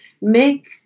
make